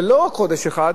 ולא רק חודש אחד,